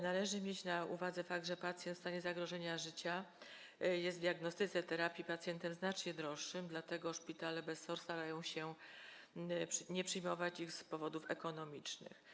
Należy mieć na uwadze fakt, że pacjent w stanie zagrożenia życia jest w diagnostyce, terapii pacjentem znacznie droższym, dlatego szpitale bez SOR starają się nie przyjmować ich z powodów ekonomicznych.